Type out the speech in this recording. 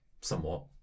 somewhat